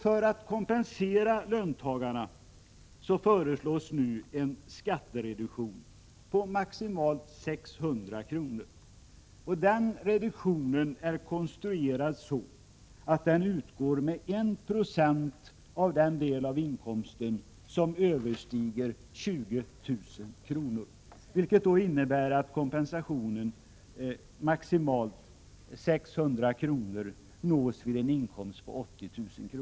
För att kompensera löntagarna föreslås nu en skattereduktion på maximalt 600 kr. Den reduktionen är konstruerad så att den utgår med 1 96 av den del av inkomsten som överstiger 20 000 kr. Detta innebär att den maximala kompensationen på 600 kr. nås vid en inkomst på 80 000 kr.